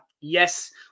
Yes